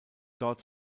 dort